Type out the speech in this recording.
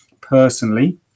personally